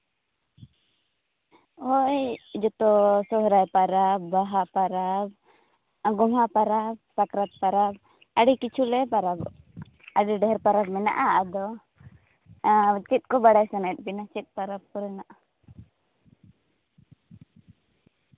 ᱦᱳᱭ ᱡᱚᱛᱚ ᱥᱚᱦᱚᱨᱟᱭ ᱯᱟᱨᱟᱵᱽ ᱵᱟᱦᱟ ᱯᱟᱨᱟᱵᱽ ᱟᱨ ᱜᱚᱢᱦᱟ ᱯᱟᱨᱟᱵᱽ ᱥᱟᱠᱨᱟᱛ ᱯᱟᱨᱟᱵᱽ ᱟᱹᱰᱤ ᱠᱤᱪᱷᱩᱞᱮ ᱯᱟᱨᱟᱵᱚᱜᱼᱟ ᱟᱹᱰᱤ ᱰᱷᱮᱨ ᱯᱟᱨᱟᱵᱽ ᱢᱮᱱᱟᱜᱼᱟ ᱟᱫᱚ ᱟᱨ ᱪᱮᱫ ᱠᱚ ᱵᱟᱲᱟᱭ ᱥᱟᱱᱟᱭᱮᱫ ᱵᱤᱱᱟ ᱪᱮᱫ ᱠᱚ ᱯᱟᱨᱟᱵᱽ ᱠᱚᱨᱮᱱᱟᱜ